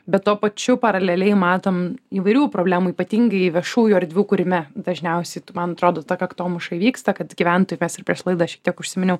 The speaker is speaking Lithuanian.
bet tuo pačiu paraleliai matom įvairių problemų ypatingai viešųjų erdvių kūrime dažniausiai tu man atrodo ta kaktomuša įvyksta kad gyventojai mes ir prieš laidą šiek tiek užsiminiau